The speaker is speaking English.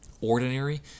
ordinary